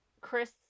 Chris